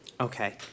Okay